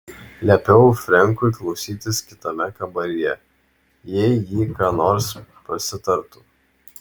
liepiau frenkui klausytis kitame kambaryje jei ji ką nors prasitartų